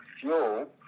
fuel